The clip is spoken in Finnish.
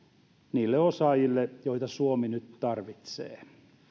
niille osaajille joita suomi nyt tarvitsee